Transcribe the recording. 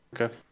okay